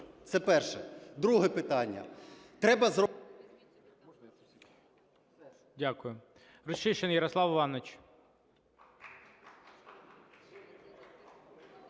Це перше. Друге питання.